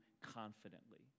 confidently